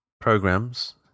programs